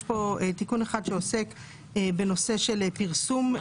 יש פה תיקון אחד שעוסק בנושא פרסום,